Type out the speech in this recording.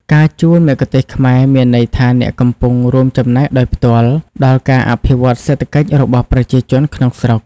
ការជួលមគ្គុទ្ទេសក៍ខ្មែរមានន័យថាអ្នកកំពុង រួមចំណែកដោយផ្ទាល់ ដល់ការអភិវឌ្ឍន៍សេដ្ឋកិច្ចរបស់ប្រជាជនក្នុងស្រុក។